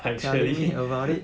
actually